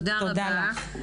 תודה רבה לך.